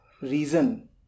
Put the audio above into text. reason